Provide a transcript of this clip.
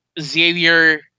Xavier